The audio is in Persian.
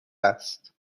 است